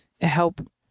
help